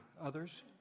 others